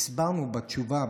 הסברנו בתשובה,